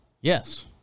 Yes